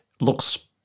looks